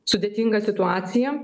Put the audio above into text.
sudėtinga situacija